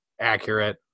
accurate